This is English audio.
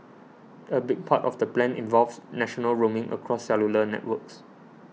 a big part of the plan involves national roaming across cellular networks